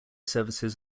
services